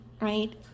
right